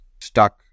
stuck